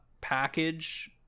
package